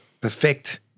perfect